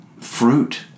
fruit